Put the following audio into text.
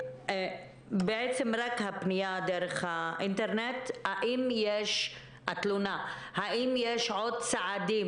בעצם רק תלונה דרך האינטרנט האם יש עוד צעדים